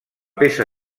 peça